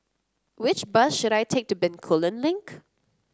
which bus should I take to Bencoolen Link